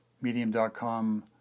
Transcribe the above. medium.com